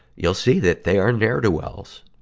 you'll see that they are n'er-do-wells.